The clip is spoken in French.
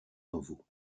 novo